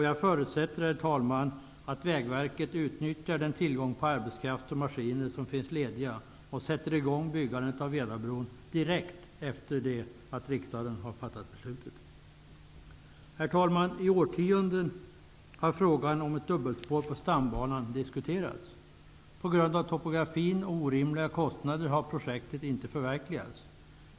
Jag förutsätter, herr talman, att Vägverket utnyttjar den arbetskraft och de maskiner som är lediga och sätter i gång byggandet av Vedabron direkt efter det att riksdagen fattat beslut. Herr talman! I årtionden har frågan om ett dubbelspår på stambanan diskuterats. På grund av topografi och orimliga kostnader har projektet inte förverkligats.